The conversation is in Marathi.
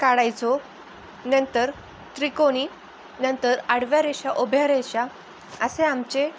काढायचो नंतर त्रिकोणी नंतर आडव्या रेषा उभ्या रेषा असे आमचे